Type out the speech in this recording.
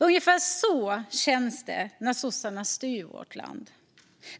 Ungefär så känns det när sossarna styr vårt land.